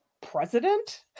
president